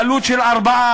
בעלות של 4,